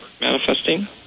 manifesting